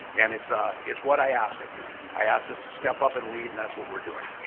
and it's ah it's what i asked of you. i asked us to step up and lead and that's what we're doing.